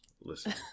listen